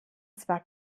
zwar